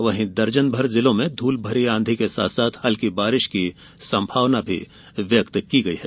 वहीं दर्जनभर जिलों में धूल भरी आंधी के साथ हल्की बारिश की संभावना भी व्यक्त की गई है